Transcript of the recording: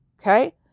Okay